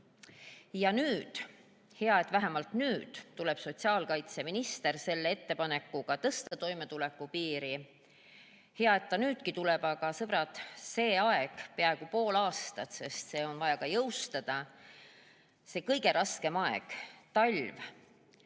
Ja nüüd – hea, et vähemalt nüüd – tuleb sotsiaalkaitseminister ettepanekuga tõsta toimetulekupiiri. Hea, et nüüdki tuleb. Aga sõbrad, see aeg – peaaegu pool aastat, sest see on vaja ka jõustada –, see kõige raskem aeg, talv,